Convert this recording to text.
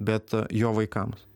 bet jo vaikams